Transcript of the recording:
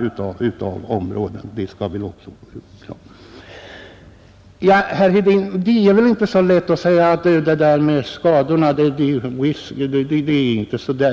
Sedan kan man väl inte säga, herr Hedin, att vi inte